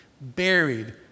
buried